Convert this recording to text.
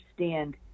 understand